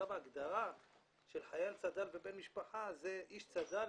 ההגדרה של חייל צד"ל ובן משפחה זה איש צד"ל,